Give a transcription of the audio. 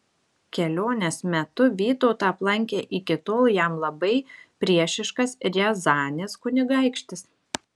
kelionės metu vytautą aplankė iki tol jam labai priešiškas riazanės kunigaikštis